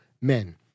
men